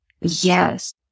Yes